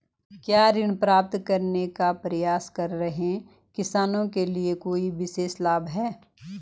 क्या ऋण प्राप्त करने का प्रयास कर रहे किसानों के लिए कोई विशेष लाभ हैं?